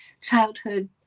childhood